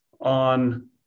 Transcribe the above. on